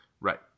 Right